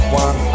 one